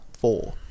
four